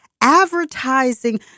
advertising